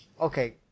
okay